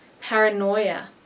paranoia